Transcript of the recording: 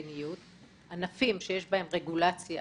שהענפים שיש בהם רגולציה